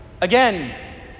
Again